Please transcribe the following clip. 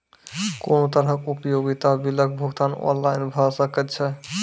कुनू तरहक उपयोगिता बिलक भुगतान ऑनलाइन भऽ सकैत छै?